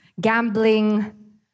gambling